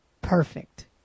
perfect